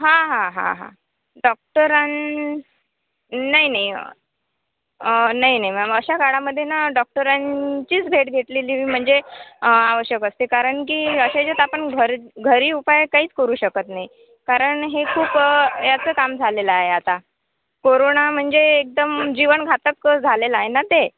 हां हां हां हां डॉक्टरां नाही नाही नाही नाही मॅम अशा काळामध्ये ना डॉक्टरांचीच भेट घेतलेली म्हणजे आवश्यक असते कारण की असे जे तर आपण घर घरी उपाय काहीच करू शकत नाही कारण हे खूप याचं काम झालेलं आहे आता कोरोना म्हणजे एकदम जीवनघातक झालेला आहे ना ते